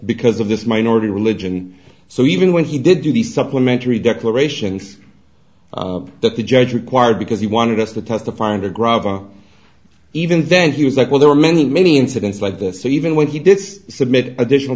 because of this minority religion so even when he did do the supplementary declarations that the judge required because he wanted us to testify and to grovel even then he was like well there are many many incidents like this even when he did submit additional